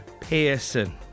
pearson